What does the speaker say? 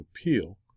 Appeal